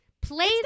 play